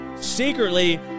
secretly